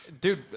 Dude